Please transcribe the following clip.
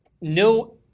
no